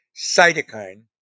cytokine